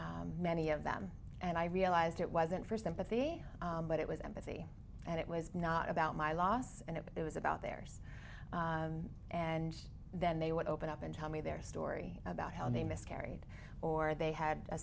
many of them and i realized it wasn't for sympathy but it was embassy and it was not about my loss and it was about theirs and then they would open up and tell me their story about how they miscarried or they had a